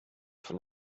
von